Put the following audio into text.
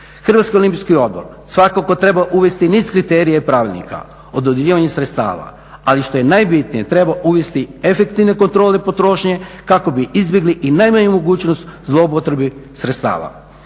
Hrvatski olimpijski odbor svakako treba uvesti niz kriterija i pravilnika o dodjeljivanju sredstava ali što je najbitnije treba uvesti efektivne kontrole potrošnje kako bi izbjegli i najmanju mogućnost zloupotrebe sredstava.